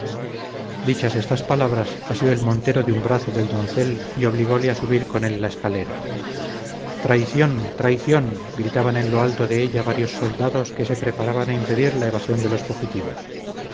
dichas estas palabras asió el montero de un brazo del doncel y obligóle a subir con él la escalera traición traición gritaban en lo alto de ella varios soldados que se preparaban a impedir la evasión de los fugitivos